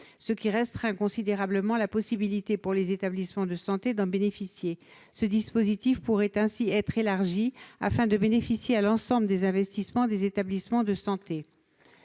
ce qui restreint considérablement la possibilité pour les établissements de santé d'en bénéficier. Le dispositif pourrait ainsi être élargi, afin de couvrir l'ensemble des investissements de ces établissements. Il est